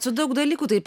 su dalykų taip